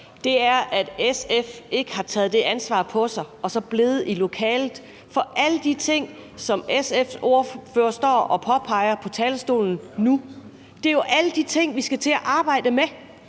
sag, er, at SF ikke har taget det ansvar på sig og så er blevet i lokalet, for alle de ting, som SF's ordfører står og påpeger på talerstolen nu, er de ting, som vi skal til at arbejde med.